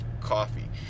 coffee